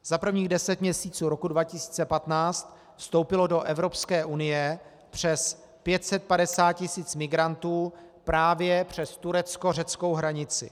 Za prvních deset měsíců roku 2015 vstoupilo do Evropské unie přes 550 tis. migrantů právě přes tureckořeckou hranici.